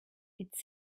it’s